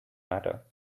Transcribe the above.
matter